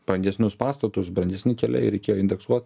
brangesnius pastatus brangesni keliai reikėjo indeksuot